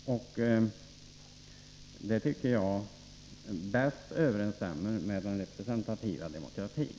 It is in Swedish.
Det tycker jag bäst överensstämmer med den representativa demokratin.